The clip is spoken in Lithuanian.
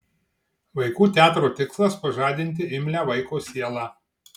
vaikų teatro tikslas pažadinti imlią vaiko sielą